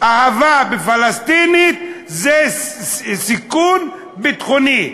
אהבה לפלסטינית זה סיכון ביטחוני,